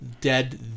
dead